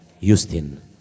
Houston